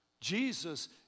Jesus